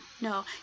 No